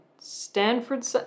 Stanford